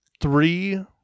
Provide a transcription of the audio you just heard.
three